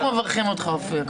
אנחנו מברכים אותך אופיר.